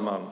Herr talman!